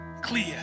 clear